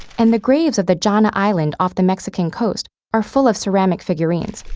and the graves of the jaina island off the mexican coast are full of ceramic figurines.